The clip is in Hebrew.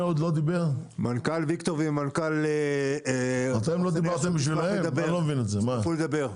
מנכ"ל ויקטורי ומנכ"ל מחסני השוק ישמחו לדבר.